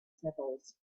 sniffles